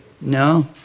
no